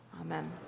Amen